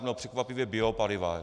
No překvapivě biopaliva.